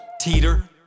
Teeter